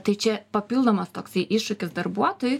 tai čia papildomas toksai iššūkis darbuotojui